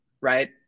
right